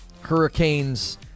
hurricanes